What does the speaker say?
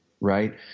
right